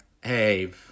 hey